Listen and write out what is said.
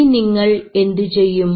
ഇനി നിങ്ങൾ എന്തു ചെയ്യും